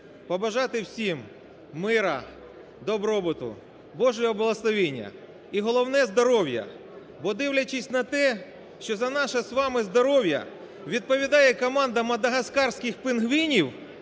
побажати всім мира, добробуту, Божого благословення, і головне – здоров'я, бо дивлячись на те, що за наше з вами здоров'я відповідає "команда мадагаскарських пінгвінів"